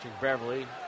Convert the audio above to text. Beverly